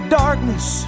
darkness